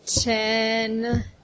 ten